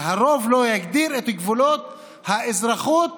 שהרוב לא יגדיר את גבולות האזרחות